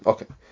Okay